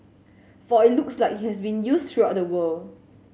for it looks like he has been used throughout the world